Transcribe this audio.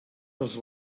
dels